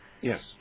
Yes